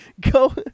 go